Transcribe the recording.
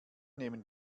nehmen